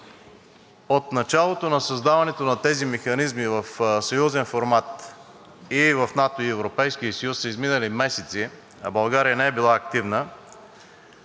от началото на създаването на тези механизми в съюзен формат и в НАТО, и в Европейския съюз са изминали месеци, а България не е била активна,